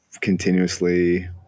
continuously